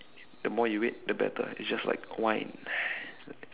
the more you wait the better it's just like wine